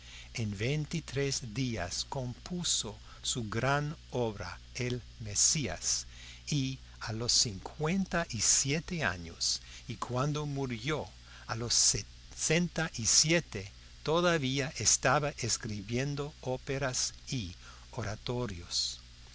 en veintitrés días compuso su gran obra el mesías a los cincuenta y siete años y cuando murió a los sesenta y siete todavía estaba escribiendo óperas y oratorios